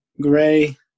gray